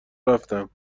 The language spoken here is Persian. رفتم